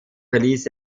verließ